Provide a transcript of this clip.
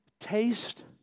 taste